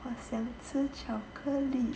好想吃巧克力